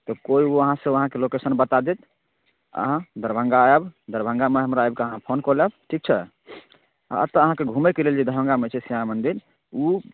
तऽ कोइ वहाँसँ अहाँके लोकेशन बता देत अहाँ दरभंगा आयब दरभंगामे आबि कऽ अहाँ फोन कऽ लेब ठीक छै एतय अहाँके घूमैके लेल जे दरभंगामे छै श्यामा मन्दिर ओ